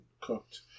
cooked